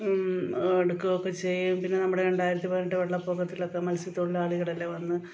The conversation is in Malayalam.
ടുക്കോക്കെ ചെയ്യും പിന്നെ നമ്മുടെ രണ്ടായിരത്തി പതിനെട്ട് വെള്ളപ്പൊക്കത്തിലൊക്കെ മത്സ്യത്തൊഴിലാളികളല്ലേ വന്ന്